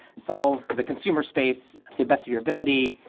solve the consumer space to the best of your ability,